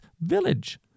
village